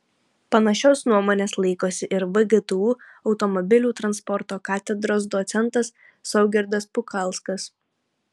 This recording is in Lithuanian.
panašios nuomonės laikosi ir vgtu automobilių transporto katedros docentas saugirdas pukalskas